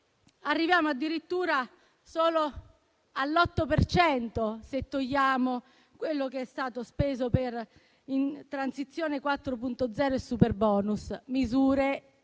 Arriviamo addirittura solo all'8 per cento, togliendo quello che è stato speso per Transizione 4.0 e superbonus, misure